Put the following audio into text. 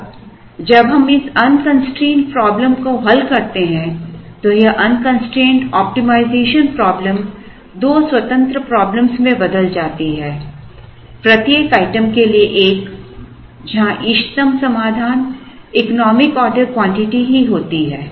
अब जब हम इस अनकंस्ट्रेंड प्रॉब्लम को हल करते हैं तो यह अनकंस्ट्रेंड ऑप्टिमाइज़ेशन प्रॉब्लम दो स्वतंत्र प्रॉब्लम्स में बदल जाती है प्रत्येक आइटम के लिए एक जहाँ इष्टतम समाधान इकोनॉमिक ऑर्डर क्वांटिटी ही होती है